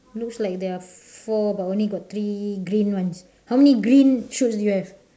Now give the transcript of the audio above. looks like there are four but only got three green ones how many green chutes do you have